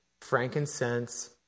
frankincense